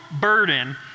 burden